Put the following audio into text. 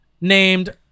named